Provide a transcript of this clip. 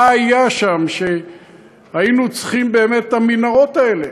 מה היה שם שהיינו צריכים באמת את המנהרות האלה?